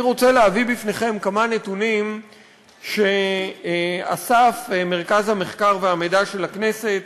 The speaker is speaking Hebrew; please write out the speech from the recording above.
אני רוצה להביא בפניכם כמה נתונים שאסף מרכז המחקר והמידע של הכנסת